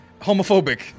homophobic